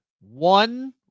One